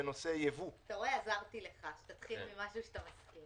אתה רואה, עזרתי לך, שתתחיל עם משהו שאתה מסכים.